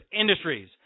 industries